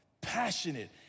passionate